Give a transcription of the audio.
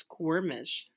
squirmish